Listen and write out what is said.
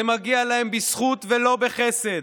זה מגיע להם בזכות ולא בחסד.